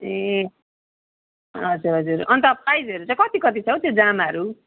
ए हजुर हजुर अन्त प्राइजहरू चाहिँ कति कति छ हौ त्यो जामाहरू